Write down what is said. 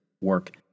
Work